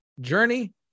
Journey